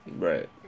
right